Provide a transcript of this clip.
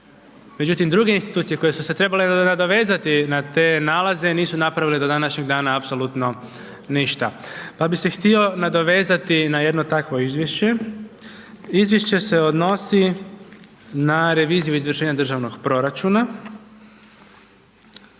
međutim, druge institucije koje su se trebale nadovezati na te nalaze, nisu napravile do današnjeg dana apsolutno ništa, pa bi se htio nadovezati na jedno takvo izvješće, izvješće se odnosi na reviziju izvršenja državnog proračuna.